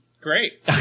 Great